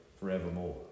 forevermore